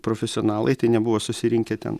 profesionalai tai nebuvo susirinkę ten